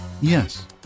Yes